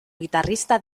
guitarrista